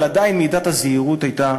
אבל עדיין, מידת הזהירות הייתה